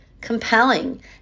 compelling